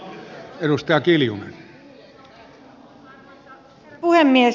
arvoisa herra puhemies